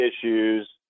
issues